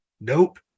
nope